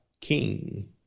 king